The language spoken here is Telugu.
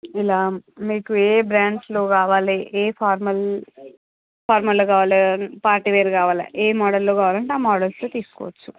ఇలా మీకు ఏ బ్రాండ్స్లో కావాలె ఏ ఫార్మల్ ఫార్మల్లో కావాలె పార్టీవేర్ కావాలె ఏ మోడల్లో కావాలంటే మోడల్స్లో తీసుకోచ్చు